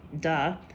duh